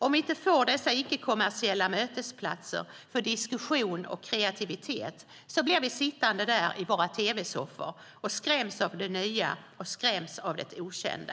Om vi inte får dessa icke-kommersiella mötesplatser för diskussion och kreativitet blir vi sittande i våra tv-soffor och skräms av det nya och av det okända.